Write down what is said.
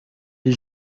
les